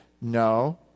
no